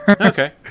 Okay